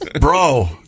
Bro